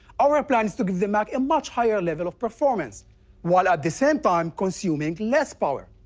our plan is to give the mac a much higher level of performance while at the same time consuming less power.